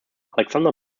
alexander